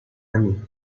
ami